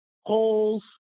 holes